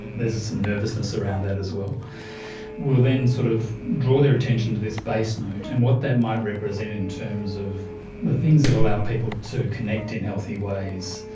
there's some nervousness around that as well, we will then sort of draw their attention to this base note and what that might represent in terms of the things that allow people to connect in healthy ways.